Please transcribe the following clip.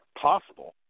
possible